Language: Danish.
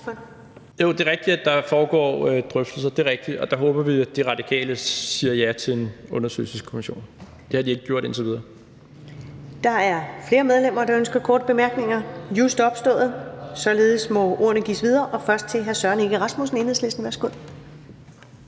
Jo, det er rigtigt, at der foregår drøftelser. Det er rigtigt, og der håber vi jo, at De Radikale siger ja til en undersøgelseskommission. Det har de ikke gjort indtil videre. Kl. 15:56 Første næstformand (Karen Ellemann): Der er flere medlemmer, der ønsker korte bemærkninger. Just opstået. Således må ordet gives videre, først til hr. Søren Egge Rasmussen fra Enhedslisten. Værsgo.